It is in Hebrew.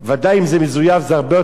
כי זה חומר כימי,